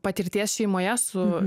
patirties šeimoje su